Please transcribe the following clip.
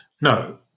No